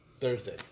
Thursday